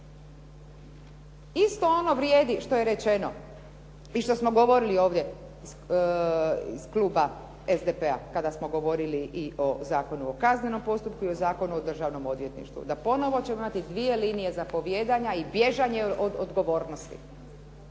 Isto ono vrijedi što je rečeno i što smo govorili ovdje iz kluba SDP-a kada smo govorili i o Zakonu o kaznenom postupku i o Zakonu o državnom odvjetništvu da ponovo ćemo imati dvije linije zapovijedanja i bježanje od odgovornosti.